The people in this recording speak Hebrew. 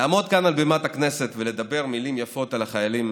לעמוד כאן על בימת הכנסת ולדבר מילים יפות על החיילים